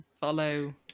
Follow